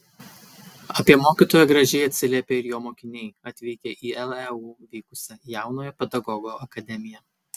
apie mokytoją gražiai atsiliepė ir jo mokiniai atvykę į leu vykusią jaunojo pedagogo akademiją